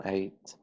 Eight